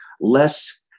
less